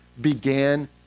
began